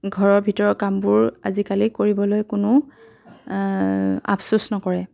ঘৰৰ ভিতৰৰ কামবোৰ আজিকালি কৰিবলৈ কোনো আফচোছ নকৰে